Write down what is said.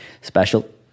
special